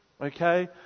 okay